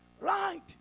Right